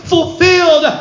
fulfilled